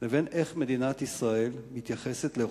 לבין התייחסות מדינת ישראל לרוצחים.